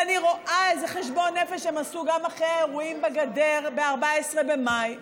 ואני רואה איזה חשבון נפש הם עשו גם אחרי האירועים בגדר ב-14 במאי,